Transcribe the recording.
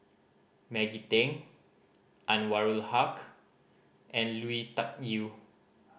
Maggie Teng Anwarul Haque and Lui Tuck Yew